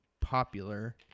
popular